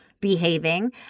behaving